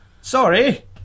sorry